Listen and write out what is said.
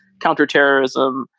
counterterrorism,